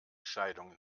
scheidung